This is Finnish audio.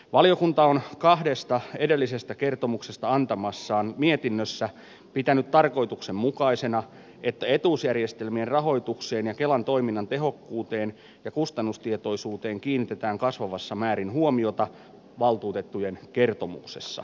valiokunta on kahdesta edellisestä kertomuksesta antamassaan mietinnössä pitänyt tarkoituksenmukaisena että etuusjärjestelmien rahoitukseen ja kelan toiminnan tehokkuuteen ja kustannustietoisuuteen kiinnitetään kasvavassa määrin huomiota valtuutettujen kertomuksessa